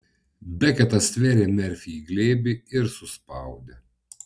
beketas stvėrė merfį į glėbį ir suspaudė